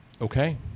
Okay